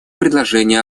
предложение